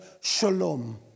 shalom